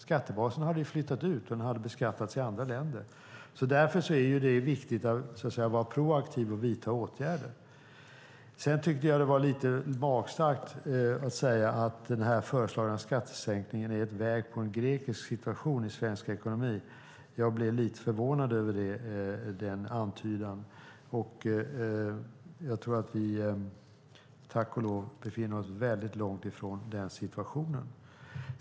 Skattebasen hade flyttat ut och beskattats i andra länder. Därför är det viktigt att vara proaktiv och vidta åtgärder. Det var lite magstarkt att säga att den föreslagna skattesänkningen är ett steg mot en grekisk situation i svensk ekonomi. Jag blev lite förvånad över denna antydan. Jag tror att vi tack och lov befinner oss väldigt långt från den situationen.